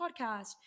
podcast